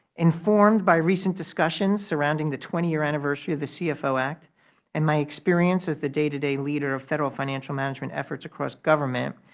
informed by recent discussions surrounding the twenty year anniversary of the cfo act and my experience as the day-to-day leader of federal financial management efforts across government,